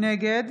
נגד